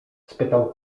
spytał